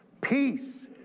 peace